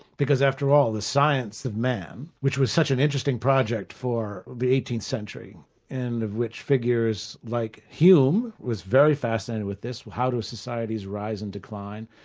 because after all, the science of man, which was such an interesting project for the eighteenth century and of which figures like hume was very fascinated with this, how do societies rise and decline?